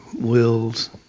wills